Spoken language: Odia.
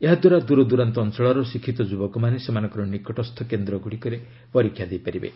ଏହାଦ୍ୱାରା ଦୂରଦୂରାନ୍ତ ଅଞ୍ଚଳର ଶିକ୍ଷିତ ଯୁବକମାନେ ସେମାନଙ୍କର ନିକଟସ୍ଥ କେନ୍ଦ୍ର ଗୁଡ଼ିକରେ ପରୀକ୍ଷା ଦେଇପାରିବେ